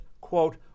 quote